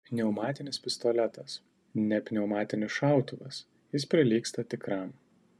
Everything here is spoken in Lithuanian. pneumatinis pistoletas ne pneumatinis šautuvas jis prilygsta tikram